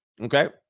Okay